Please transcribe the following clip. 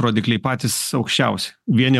rodikliai patys aukščiausi vieni